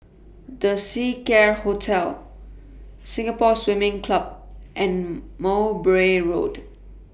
The Seacare Hotel Singapore Swimming Club and Mowbray Road